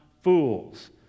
fools